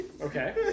Okay